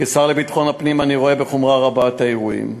כשר לביטחון הפנים אני רואה בחומרה רבה את האירועים.